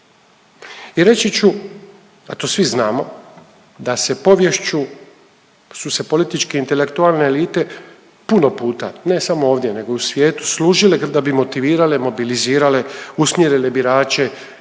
I reći ću, a to svi znamo, da se poviješću, su se političke intelektualne elite puno puta, ne samo ovdje nego i u svijetu, služile da bi motivirale, mobilizirale, usmjerile birače,